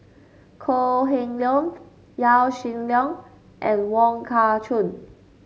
Kok Heng Leun Yaw Shin Leong and Wong Kah Chun